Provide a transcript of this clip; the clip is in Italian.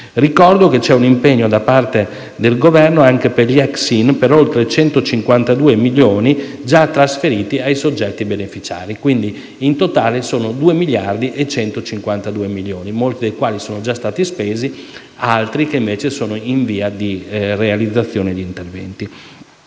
Ricordo che c'è un impegno da parte del Governo anche per gli ex SIN, per oltre 152 milioni, già trasferiti ai soggetti beneficiari. Quindi in totale sono 2.152 milioni di euro, molti dei quali sono già stati spesi, mentre altri sono in via di realizzazione degli interventi.